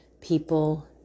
people